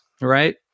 right